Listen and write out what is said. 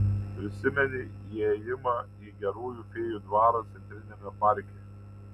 prisimeni įėjimą į gerųjų fėjų dvarą centriniame parke